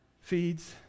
feeds